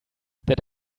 that